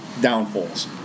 downfalls